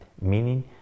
meaning